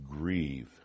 Grieve